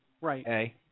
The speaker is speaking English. Right